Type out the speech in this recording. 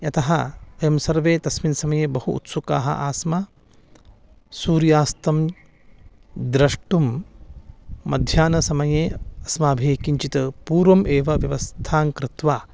यतः वयं सर्वे तस्मिन् समये बहु उत्सुकाः आस्म सूर्यास्तमनं द्रष्टुं मध्याह्नसमये अस्माभिः किञ्चित् पूर्वम् एव प्रस्थानं कृत्वा